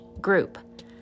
group